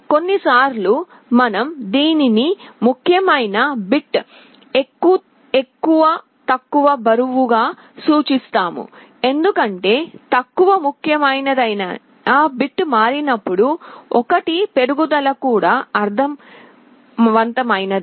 కొన్నిసార్లు మనం దీనిని ముఖ్యమైన బిట్ యొక్కతక్కువ బరువుగా సూచిస్తాము ఎందుకంటే తక్కువ ముఖ్యమైనదైన బిట్ మారినప్పుడు 1 పెరుగుదల కూడా అర్ధవంతమైనదే